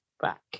back